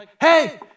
hey